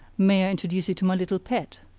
may i introduce you to my little pet?